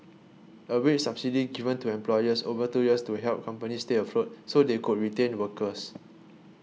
a wage subsidy given to employers over two years to help companies stay afloat so they could retain workers